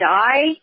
die